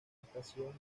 estación